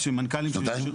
שנתיים?